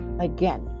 again